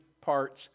parts